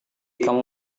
kamu